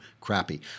crappy